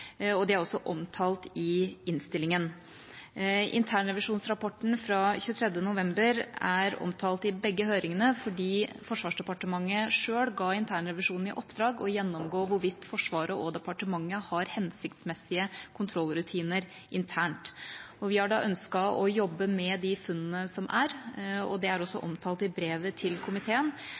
omtalt. De er også omtalt i innstillingen. Internrevisjonsrapporten fra 23. november er omtalt i begge høringene fordi Forsvarsdepartementet selv ga internrevisjonen i oppdrag å gjennomgå hvorvidt Forsvaret og departementet har hensiktsmessige kontrollrutiner internt. Vi har da ønsket å jobbe med de funnene som er, det er også omtalt i brevet til komiteen,